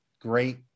great